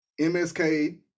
MSK